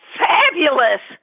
fabulous